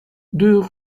deux